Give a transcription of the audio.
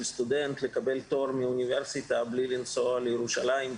סטודנט לקבל תואר מאוניברסיטה בלי לנסוע לירושלים,